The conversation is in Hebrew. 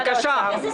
בבקשה.